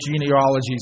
genealogies